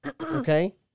okay